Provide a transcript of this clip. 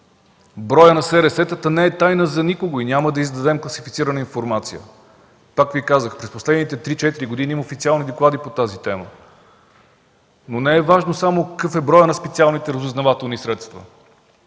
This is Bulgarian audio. Броят на СРС-тата не е тайна за никого и няма да издадем класифицирана информация. Пак казвам – през последните 3-4 години има официални доклади по тази тема. Но не е важно само какъв е броят на специалните разузнавателни средства.